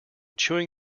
chewing